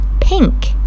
pink